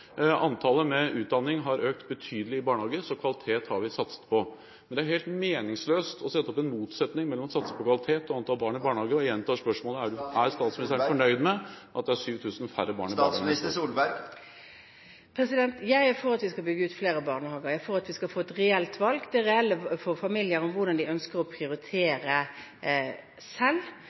Antallet ansatte med utdanning har økt betydelig i barnehagene, så kvalitet har vi satset på. Men det er helt meningsløst å sette opp en motsetning mellom det å satse på kvalitet og antallet barn i barnehage. Jeg gjentar spørsmålet: Er statsministeren fornøyd med at det blir 7 000 færre barn i barnehagene? Jeg er for at vi skal bygge ut flere barnehager. Jeg er for at familier skal få et reelt valg til å prioritere selv om de ønsker barnehageplass, eller om de ønsker å